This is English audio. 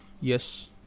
yes